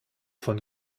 von